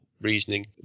reasoning